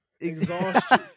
exhaustion